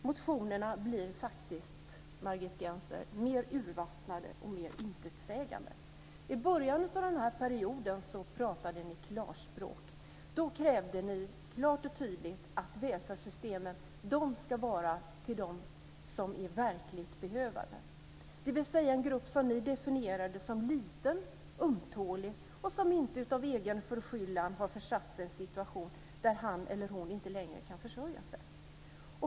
Motionerna blir mer urvattnade och mer intetsägande, I börjar av perioden talade ni klarspråk. Då krävde ni klart och tydligt att välfärdssystemen ska vara för dem som är verkligt behövande. Det är en grupp som ni definierade som liten, ömtålig och som består av personer om inte av egen förskyllan har försatt sig i en situation där han eller hon inte längre kan försörja sig.